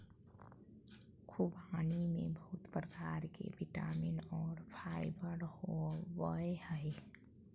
ख़ुबानी में बहुत प्रकार के विटामिन और फाइबर होबय हइ